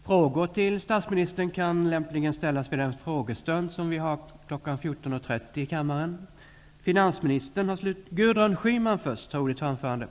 Frågor till statsministern kan lämpligen ställas vid den frågestund som äger rum kl. 14.30 i kammaren.